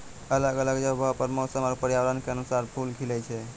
अलग अलग जगहो पर मौसम आरु पर्यावरण क अनुसार फूल खिलए छै